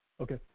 Okay